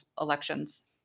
elections